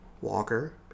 Walker